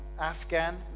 Afghan